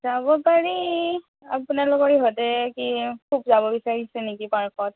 যাব পাৰি আপোনালোকৰ সিহঁতে কি খুব যাব বিচাৰিছে নেকি পাৰ্কত